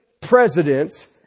presidents